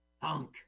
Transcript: Punk